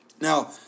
Now